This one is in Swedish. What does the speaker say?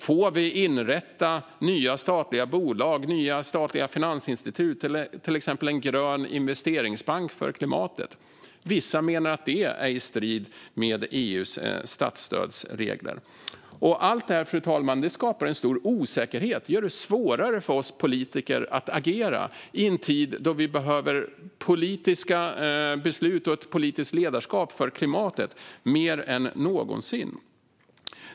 Får vi inrätta nya statliga bolag eller finansinstitut, till exempel en grön investeringsbank för klimatet? Vissa menar att detta är i strid med EU:s statsstödsregler. Allt detta, fru talman, skapar en stor osäkerhet och gör det svårare för oss politiker att agera i en tid då vi behöver politiska beslut och ett politiskt ledarskap för klimatet mer än någonsin.